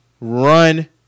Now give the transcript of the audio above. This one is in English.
run